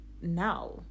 now